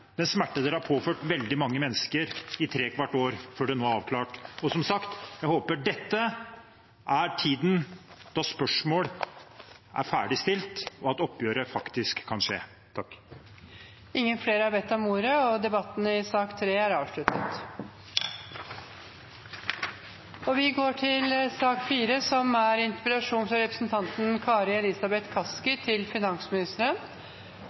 den smerte dette har påført veldig mange mennesker i trekvart år – før det nå er avklart. Som sagt håper jeg dette er tiden da spørsmål er ferdig stilt, og at oppgjøret faktisk kan skje. Flere har ikke bedt om ordet til sak nr. 3. Jeg har lyst til å starte med å gratulere statsråden med den viktige jobben som